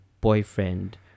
boyfriend